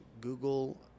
google